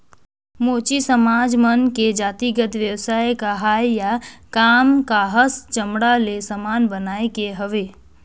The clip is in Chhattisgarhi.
मोची समाज मन के जातिगत बेवसाय काहय या काम काहस चमड़ा ले समान बनाए के हवे